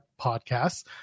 podcasts